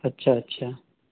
اچھا اچھا